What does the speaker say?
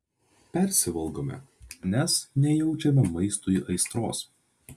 persivalgome nes nejaučiame maistui aistros